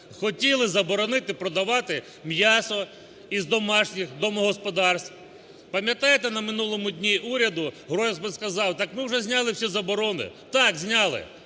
хотіли заборонити продавати м'ясо із домашніх домогосподарств. Пам'ятаєте, на минулому дні уряду Гройсман сказав, так, ми вже зняли всі заборони. Так, зняли.